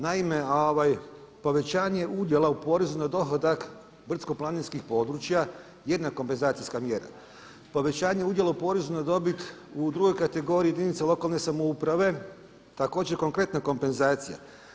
Naime, povećanje udjela u porezu na dohodak brdsko planinskih područja jedna kompenzacijska mjera, povećanje udjela u porezu na dobit u drugoj kategoriji jedinice lokalne samouprave također konkretna kompenzacija.